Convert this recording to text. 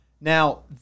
Now